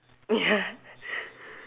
ya